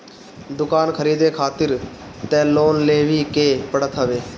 दुकान खरीदे खारित तअ लोन लेवही के पड़त हवे